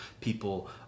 people